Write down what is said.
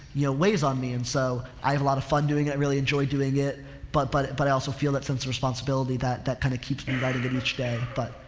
you know, weighs on me. and so, i have a lot of fun doing it. i really enjoy doing it but but, but i also feel that sense of responsibility that, that kind of keeps me writing it it each day. but,